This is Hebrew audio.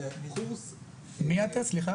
-- -בקואליציה,